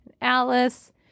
Alice